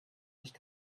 nicht